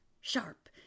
sharp